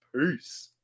Peace